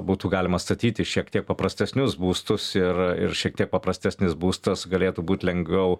būtų galima statyti šiek tiek paprastesnius būstus ir ir šiek tiek paprastesnis būstas galėtų būt lengviau